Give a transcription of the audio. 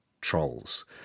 trolls